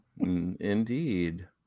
Indeed